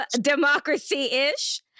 Democracy-ish